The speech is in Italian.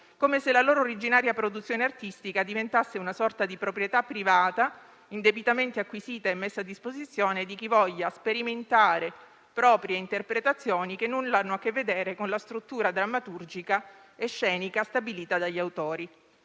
come se la loro originaria produzione artistica diventasse una sorta di proprietà privata indebitamente acquisita e messa a disposizione di chi voglia sperimentare proprie interpretazioni che nulla hanno a che vedere con la struttura drammaturgica e scenica stabilita dagli autori.